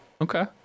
Okay